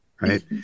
Right